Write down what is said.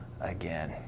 again